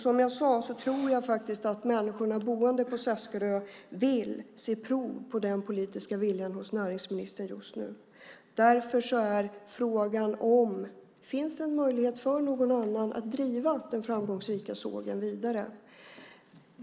Som jag sade tror jag att de människor som bor på Seskarö vill se prov på den politiska viljan hos näringsministern just nu. Därför är frågan: Finns det möjlighet för någon annan att driva den framgångsrika sågen vidare?